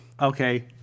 okay